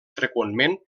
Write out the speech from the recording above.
freqüentment